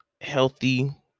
healthy